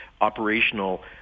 operational